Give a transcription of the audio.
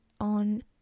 on